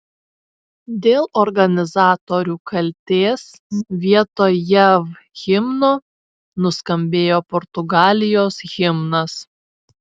dėl organizatorių kaltės vietoj jav himno nuskambėjo portugalijos himnas